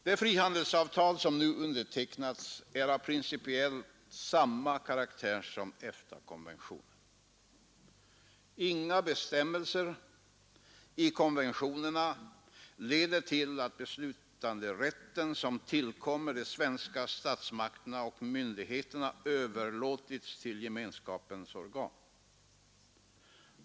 Det frihandelsavtal som nu undertecknats är av principiellt samma karaktär som EFTA-konventionen. Inga bestämmelser i konventionerna leder till att beslutanderätten, som tillkommer de svenska statsmakterna och myndigheterna, överlåts till gemenskapernas organ.